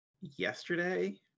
yesterday